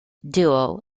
duo